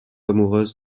amoureuse